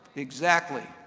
exactly,